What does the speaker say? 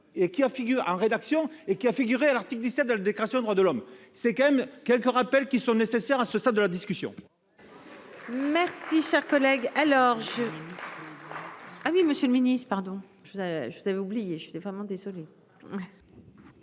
et qui a figure en rédaction et qui a figuré à l'article 17 de des créations, droits de l'homme c'est quand même quelques rappels qui sont nécessaires à ce stade de la discussion. Merci cher collègue alors je. Oui, Monsieur le Ministre, pardon. Je voudrais je avais oublié. Je suis vraiment désolé.